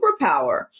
superpower